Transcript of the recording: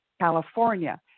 California